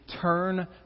turn